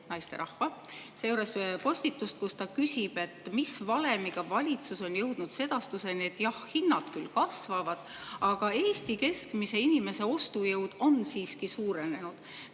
naisterahva seejuures! – postitust, kus ta küsib, mis valemiga valitsus on jõudnud sedastuseni, et jah, hinnad küll kasvavad, aga Eesti keskmise inimese ostujõud on siiski suurenenud.